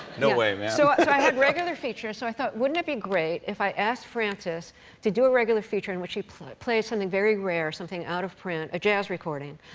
no way, man. so i had regular features, so i thought, wouldn't it be great if i asked francis to do a regular feature in which he played played something very rare, something out of print, a jazz recording,